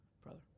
brother